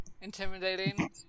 Intimidating